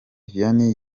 vianney